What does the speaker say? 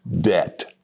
debt